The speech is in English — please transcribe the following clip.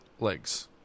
legs